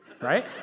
right